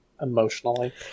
emotionally